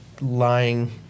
lying